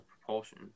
Propulsion